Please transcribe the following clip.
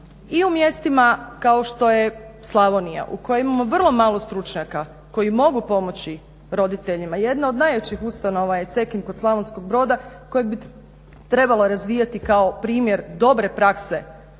i u mjestima kao što je Slavonija, u kojima imamo vrlo malo stručnjaka koji mogu pomoći roditeljima, jedna od najjačih ustanova je Cekin kod Slavonskog broda kojeg bi trebalo razvijati kao primjer dobre prakse.